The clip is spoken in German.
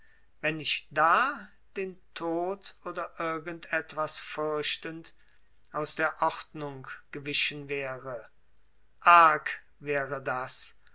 wenn ich da den tod oder irgend etwas fürchtend aus der ordnung gewichen wäre arg wäre das